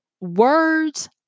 words